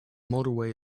motorway